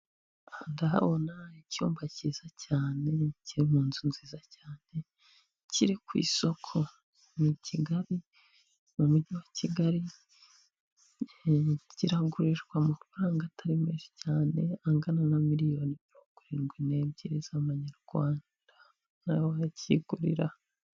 Ni amafaranga cyangwa se ni inote ikoreshwa mu gihugu kizwi nk'Ubuhinde ayo mafaranga akaba ariho akoreshwa.